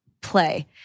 play